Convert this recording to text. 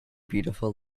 beautiful